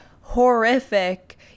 horrific